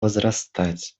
возрастать